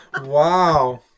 wow